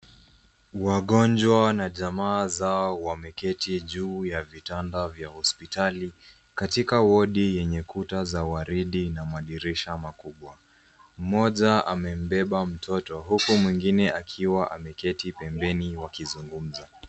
Wagonjwa na jamaa zao wameketi juu ya vitanda vya hospitali katika wodi yenye kuta za waridi na madirisha makubwa. Mmoja amembeba mtoto huku mwingine akiwa ameketi pembeni wakizungumza.